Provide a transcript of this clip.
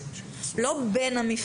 לא בין המפלסים.